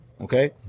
Okay